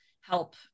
help